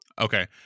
Okay